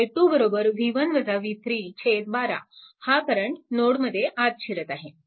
i 2 12 हा current नोडमध्ये आत शिरत आहे